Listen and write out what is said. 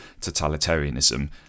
totalitarianism